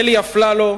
אלי אפללו,